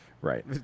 right